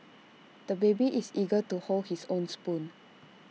the baby is eager to hold his own spoon